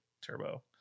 turbo